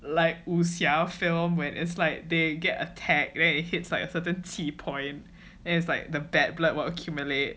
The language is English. like 武侠 film when it's like they get attacked when it hits like a certain 气 point is like the bad blood will accumulate